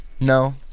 No